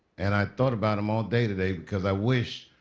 and i thought about him all day today because i wish